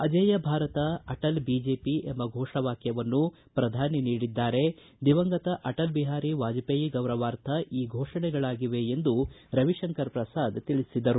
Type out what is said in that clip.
ಅಜೇಯ Bharat Atal BJP ಎಂಬ ಫೋಷವಾಕ್ಯವನ್ನು ಪ್ರಧಾನಿ ನೀಡಿದ್ದಾರೆ ದಿವಂಗತ ಅಟಲ್ ಬಿಹಾರಿ ವಾಜಪೇಯಿ ಗೌರವಾರ್ಥ ಈ ಘೋಷಣೆಗಳಾಗಿವೆ ಎಂದು ರವಿಶಂಕರ್ ಪ್ರಸಾದ್ ತಿಳಿಸಿದರು